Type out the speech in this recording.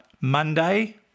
Monday